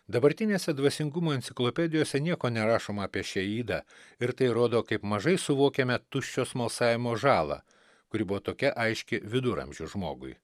dabartinėse dvasingumo enciklopedijose nieko nerašoma apie šią ydą ir tai rodo kaip mažai suvokiame tuščio smalsavimo žalą kuri buvo tokia aiški viduramžių žmogui